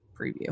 preview